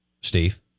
Steve